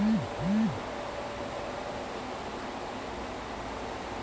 so if you have any unusual superpower what would it be